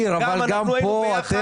היינו בזה ביחד.